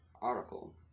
article